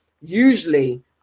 usually